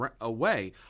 away